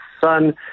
son